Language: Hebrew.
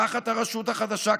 תחת הרשות החדשה,